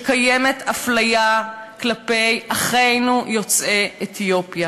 שקיימת אפליה כלפי אחינו יוצאי אתיופיה.